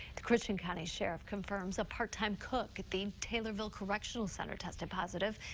the christian county sheriff confirms a part time cook at the taylorville correctional center tested positive.